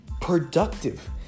productive